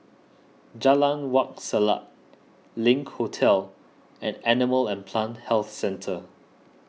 Jalan Wak Selat Link Hotel and Animal and Plant Health Centre